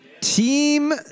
Team